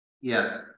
Yes